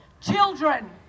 children